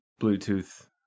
Bluetooth